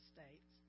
States